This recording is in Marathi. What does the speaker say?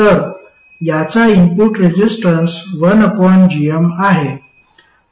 तर याचा इनपुट रेसिस्टन्स 1gm आहे